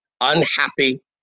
Unhappy